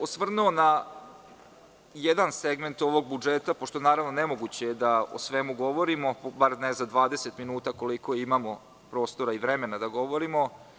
Osvrnuo bih se na jedan segment ovog budžeta, pošto je nemoguće da o svemu govorimo, bar ne za 20 minuta, koliko imamo prostora i vremena da govorimo.